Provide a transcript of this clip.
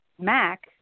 Mac